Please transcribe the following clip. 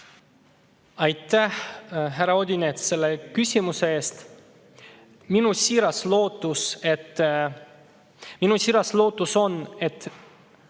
Aitäh, härra Odinets, selle küsimuse eest! Minu siiras lootus on, et